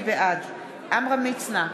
בעד עמרם מצנע,